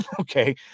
Okay